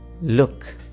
look